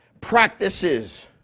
practices